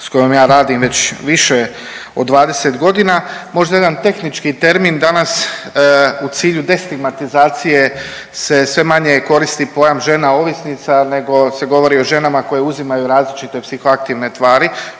s kojom ja radim već više od 20 godina, možda jedan tehnički termin danas u cilju destigmatizacije se sve manje koristi pojam žena ovisnica nego se govori o ženama koje uzimaju različite psihoaktivne tvari,